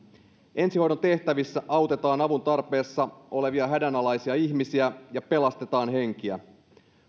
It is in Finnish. ensihoidon tehtävissä autetaan avuntarpeessa olevia hädänalaisia ihmisiä ja pelastetaan henkiä